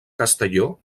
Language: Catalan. castelló